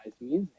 music